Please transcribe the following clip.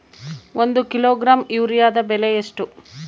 ಒಂದು ಕಿಲೋಗ್ರಾಂ ಯೂರಿಯಾದ ಬೆಲೆ ಎಷ್ಟು?